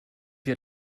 wir